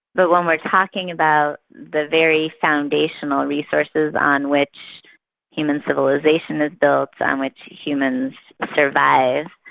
but when we are talking about the very foundational resources on which human civilisation is built, on which humans survive,